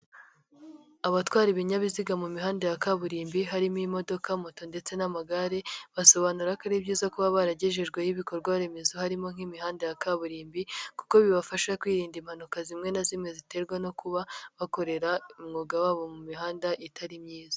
Abatwara ibinyabiziga mu mihanda ya kaburimbo harimo: imodoka, moto ndetse n'amagare, basobanura ko ari byiza kuba baragejejweho ibikorwa remezo harimo nk'imihanda ya kaburimbo, kuko bibafasha kwirinda impanuka zimwe na zimwe ziterwa no kuba bakorera umwuga wabo mu mihanda itari myiza.